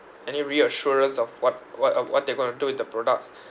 any reassurance of what what uh what they're going to do with the products